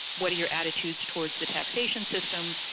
what are your attitudes towards the taxation system?